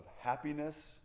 happiness